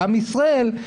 לעם ישראל,